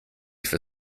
for